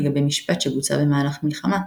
לגבי משפט שבוצע במהלך מלחמה,